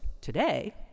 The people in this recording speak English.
today